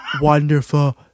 wonderful